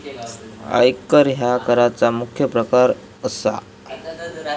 आयकर ह्या कराचा मुख्य प्रकार असा